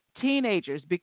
teenagers